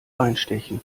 reinstechen